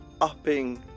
upping